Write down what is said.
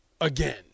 again